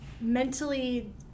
mentally